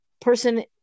person